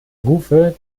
rufe